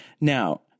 Now